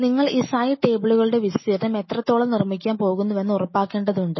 നിങ്ങൾ ഈ സൈഡ് ടേബിളുകളുടെ വിസ്തീർണ്ണം എത്രത്തോളം നിർമ്മിക്കാൻ പോകുന്നുവെന്ന് ഉറപ്പാക്കേണ്ടതുണ്ട്